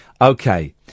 okay